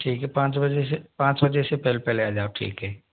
ठीक है पाँच बजे से पाँच बजे से पहले आ जाओ ठीक है